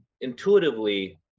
intuitively